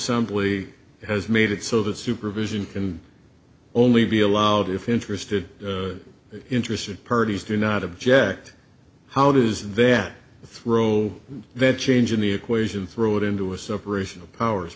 assembly has made it so that supervision can only be allowed if interested interested parties do not object how does then throw that change in the equation throw it into a separation of powers